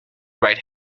right